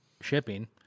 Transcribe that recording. shipping